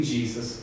Jesus